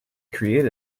create